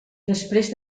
després